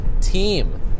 team